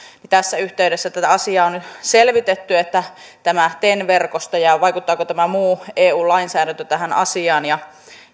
tässä yhteydessä tätä asiaa on nyt selvitetty että tämä ten verkosto vaikuttaako tämä muu eu lainsäädäntö tähän asiaan